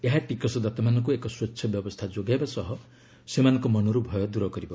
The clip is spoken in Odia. ଏହା ଟିକସ ଦାତାମାନଙ୍କୁ ଏକ ସ୍ୱଚ୍ଛ ବ୍ୟବସ୍ଥା ଯୋଗାଇବା ସହ ସେମାନଙ୍କ ମନରୁ ଭୟ ଦୂର କରିବ